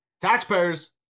taxpayers